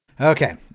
Okay